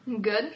good